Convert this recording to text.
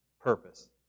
purpose